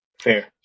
Fair